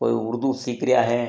कोई उर्दू सीख रहा है